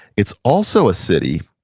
it's also a city,